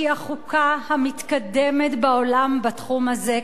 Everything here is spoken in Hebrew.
שהיא החוקה המתקדמת בעולם בתחום הזה,